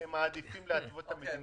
מעדיפים להתוות את המדיניות.